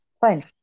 Fine